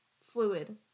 fluid